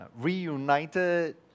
reunited